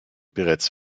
bereits